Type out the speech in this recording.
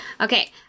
Okay